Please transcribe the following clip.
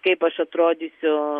kaip aš atrodysiu